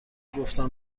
گفتم